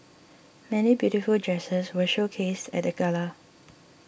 many beautiful dresses were showcased at the gala